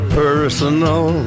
personal